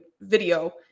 video